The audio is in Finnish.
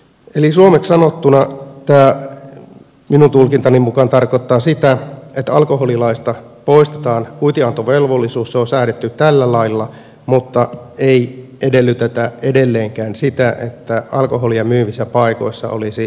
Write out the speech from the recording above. eli suomeksi sanottuna tämä minun tulkintani mukaan tarkoittaa sitä että alkoholilaista poistetaan kuitinantovelvollisuus se on säädetty tällä lailla mutta ei edellytetä edelleenkään sitä että alkoholia myyvissä paikoissa olisi tyyppihyväksytty kassakone